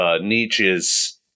Nietzsche's